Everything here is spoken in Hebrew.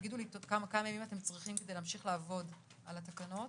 תגידו לי כמה ימים אתם צריכים כדי להמשיך לעבוד על התקנות.